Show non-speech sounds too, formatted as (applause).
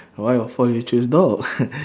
why of all you choose dog (laughs)